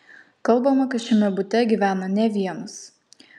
kalbama kad šiame bute gyvena ne vienas